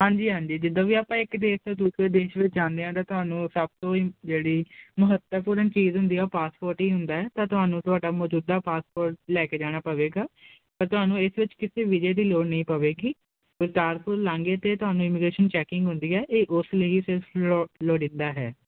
ਹਾਂਜੀ ਹਾਂਜੀ ਜਦੋਂ ਵੀ ਆਪਾਂ ਇੱਕ ਦੇਰ ਤੋਂ ਦੂਸਰੇ ਦੇਸ਼ ਵਿੱਚ ਜਾਂਦੇ ਆਂ ਤਾਂ ਤੁਹਾਨੂੰ ਸਭ ਤੋਂ ਜਿਹੜੀ ਮਹੱਤਵਪੂਰਨ ਚੀਜ਼ ਹੁੰਦੀ ਹ ਉਹ ਪਾਸਪੋਰਟ ਹੀ ਹੁੰਦਾ ਤਾਂ ਤੁਹਾਨੂੰ ਤੁਹਾਡਾ ਮੌਜੂਦਾ ਪਾਸਪੋਰਟ ਲੈ ਕੇ ਜਾਣਾ ਪਵੇਗਾ ਤਾਂ ਤੁਹਾਨੂੰ ਇਹਦੇ ਵਿੱਚ ਕਿਸੇ ਵੀਜੇ ਦੀ ਲੋੜ ਨਹੀਂ ਪਵੇਗੀ ਕਰਤਾਰਪੁਰ ਲਾਗੇ ਤੇ ਤੁਹਾਨੂੰ ਇਮੀਗ੍ਰੇਸ਼ਨ ਚੈਕਿੰਗ ਹੁੰਦੀ ਹੈ